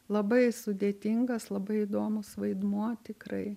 labai sudėtingas labai įdomus vaidmuo tikrai